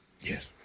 Yes